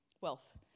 Wealth